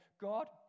God